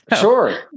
Sure